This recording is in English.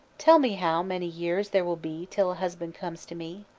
tell me how many years there will be till a husband comes to me.